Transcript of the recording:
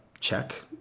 Check